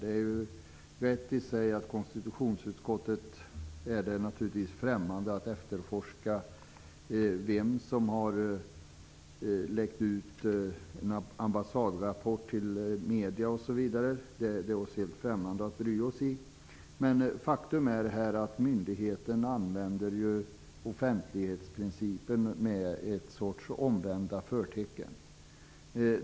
Det är rätt i sig att det för konstitutionsutskottet är främmande att efterforska vem som har läckt ut en ambassadrapport till medierna osv. Det är oss helt främmande att bry oss om. Men faktum är här att myndigheten använder offentlighetsprincipen med en sorts omvända förtecken.